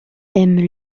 aiment